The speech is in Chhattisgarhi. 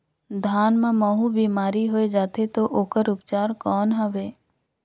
धान मां महू बीमारी होय जाथे तो ओकर उपचार कौन हवे?